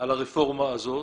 על הרפורמה הזאת,